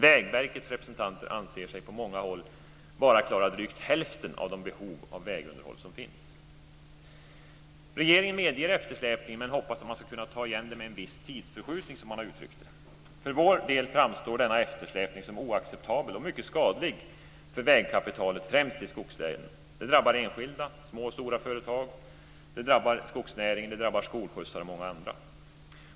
Vägverkets representanter anser sig på många håll bara klara drygt hälften av de behov av vägunderhåll som finns. Regeringen medger eftersläpningen men hoppas att man ska kunna ta igen det med en viss tidsförskjutning, som man uttrycker det. För vår del framstår denna eftersläpning som oacceptabel och mycket skadlig för vägkapitalet, främst i skogslänen. Den drabbar enskilda, små och stora företag, skogsnäringen, skolskjutsar och många andra.